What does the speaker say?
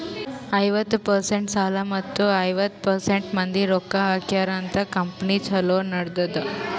ಐವತ್ತ ಪರ್ಸೆಂಟ್ ಸಾಲ ಮತ್ತ ಐವತ್ತ ಪರ್ಸೆಂಟ್ ಮಂದಿ ರೊಕ್ಕಾ ಹಾಕ್ಯಾರ ಅಂತ್ ಕಂಪನಿ ಛಲೋ ನಡದ್ದುದ್